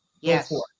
Yes